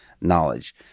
knowledge